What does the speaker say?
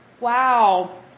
Wow